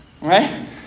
right